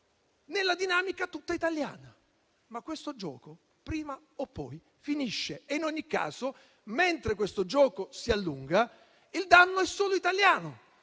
nella dinamica tutta italiana. Ma questo gioco prima o poi finisce. In ogni caso, mentre il gioco si allunga in Europa, il danno è solo italiano,